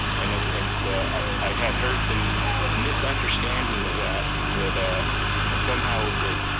and, and and so i had heard some you know misunderstanding of that, that ah and somehow the,